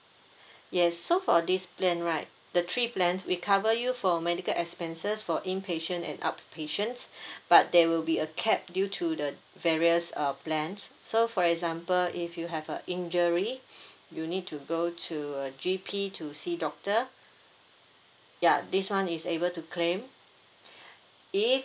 yes so for this plan right the three plans we cover you for medical expenses for inpatient and outpatient but there will be a cap due to the various uh plans so for example if you have a injury you need to go to a G_P to see doctor ya this [one] is able to claim if